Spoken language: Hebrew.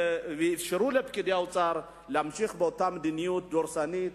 ואפשרו לפקידי האוצר להמשיך באותה מדיניות דורסנית,